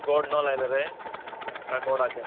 गोड न लायलेले काय गोडाचें